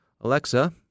Alexa